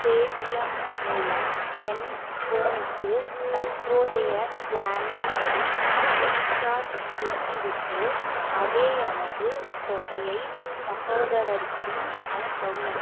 Paytm மூலம் என் ஃபோனுக்கு தற்போதைய பிளானின் படி ரீசார்ஜ் செய்துவிட்டு அதேயளவு தொகையை சகோதரருக்கும் அனுப்பவும்